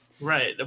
Right